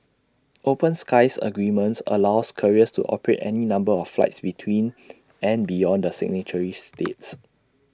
open skies agreements allows carriers to operate any number of flights between and beyond the signatory states